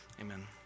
Amen